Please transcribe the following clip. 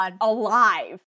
alive